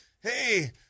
hey